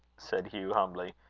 said hugh humbly,